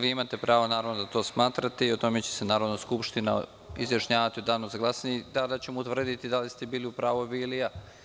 Vi imate pravo, naravno, da to smatrate i o tome će se Narodna skupština izjašnjavati u danu za glasanje i tada ćemo utvrditi da li ste bili u pravu vi ili ja.